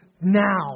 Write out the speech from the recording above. now